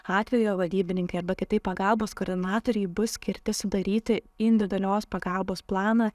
atvejo vadybininkai arba kitaip pagalbos koordinatoriai bus skirti sudaryti individualios pagalbos planą